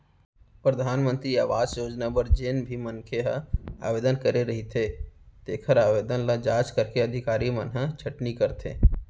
परधानमंतरी आवास योजना बर जेन भी मनखे ह आवेदन करे रहिथे तेखर आवेदन ल जांच करके अधिकारी मन ह छटनी करथे